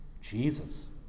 Jesus